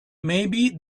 maybe